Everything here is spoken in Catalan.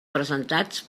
presentats